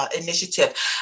initiative